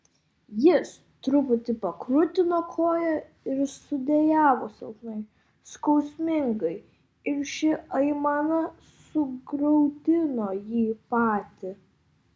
jis truputį pakrutino koją ir sudejavo silpnai skausmingai ir ši aimana sugraudino jį patį